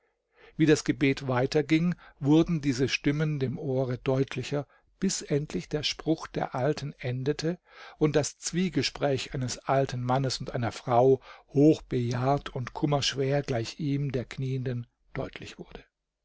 wie das gebet weiterging wurden diese stimmen dem ohre deutlicher bis endlich der spruch der alten endete und das zwiegespräch eines alten mannes und einer frau hochbejahrt und kummerschwer gleich ihm der knieenden deutlich wurde